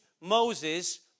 Moses